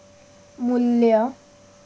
मू्ल्य